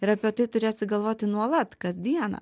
ir apie tai turėsi galvoti nuolat kasdieną